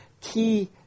key